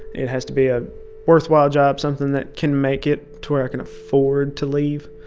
it has to be a worthwhile job, something that can make it to where i can afford to leave,